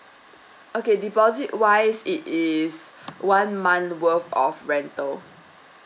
okay deposit wise it is one month worth of rental